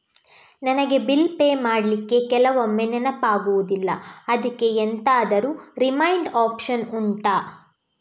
ನನಗೆ bill pay ಮಾಡ್ಲಿಕ್ಕೆ ಕೆಲವೊಮ್ಮೆ ನೆನಪಾಗುದಿಲ್ಲ ಅದ್ಕೆ ಎಂತಾದ್ರೂ ರಿಮೈಂಡ್ ಒಪ್ಶನ್ ಉಂಟಾ